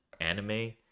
anime